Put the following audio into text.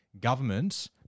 government